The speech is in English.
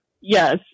Yes